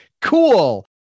cool